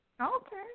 Okay